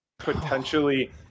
Potentially